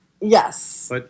Yes